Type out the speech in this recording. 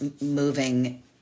moving